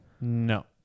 no